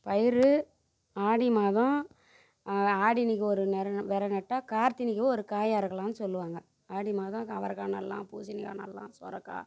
பயிர் ஆடி மாதம் ஆடின்றைக்கி ஒரு நெற வெத நட்டால் கார்த்தின்னிககு ஒரு காய் அறுக்கலான்னு சொல்லுவாங்க ஆடி மாதம் அவரகாய் நடலாம் பூசணிக்காய் நடலாம் சுரக்கா